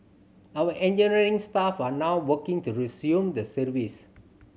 our engineering staff are now working to resume the service